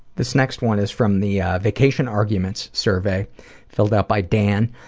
this next one is from the, ah, vacation arguments survey filled out by dan,